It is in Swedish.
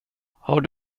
har